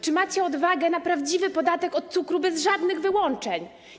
Czy macie odwagę na prawdziwy podatek od cukru bez żadnych wyłączeń?